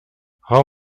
how